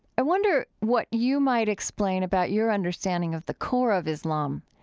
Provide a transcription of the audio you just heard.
i wonder what you might explain about your understanding of the core of islam,